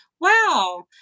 wow